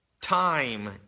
Time